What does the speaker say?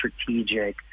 strategic